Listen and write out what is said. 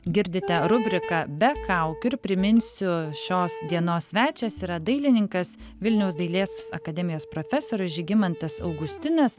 girdite rubriką be kaukių ir priminsiu šios dienos svečias yra dailininkas vilniaus dailės akademijos profesorius žygimantas augustinas